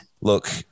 Look